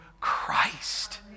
Christ